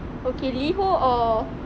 okay Liho or